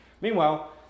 Meanwhile